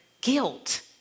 guilt